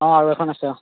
আৰু এখন আছে